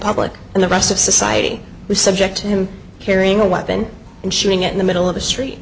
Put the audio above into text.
public and the rest of society is subject to him carrying a weapon and shooting it in the middle of a street